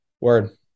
Word